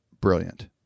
Brilliant